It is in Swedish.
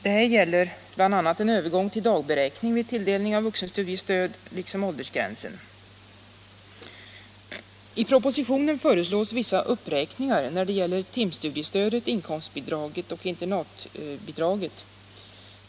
Detta gäller bl.a. en övergång till dagberäkning vid tilldelning av vuxenstudiestöd. I propositionen föreslås vissa uppräkningar när det gäller timstudiestödet, inkomstbidraget och internatbidraget.